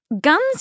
Guns